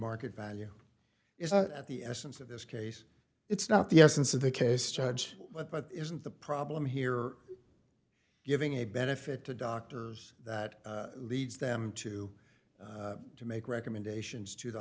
market value is at the essence of this case it's not the essence of the case judge but isn't the problem here giving a benefit to doctors that leads them to make recommendations to the